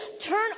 turn